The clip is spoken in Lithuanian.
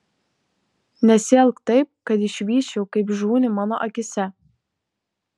nesielk taip kad išvysčiau kaip žūni mano akyse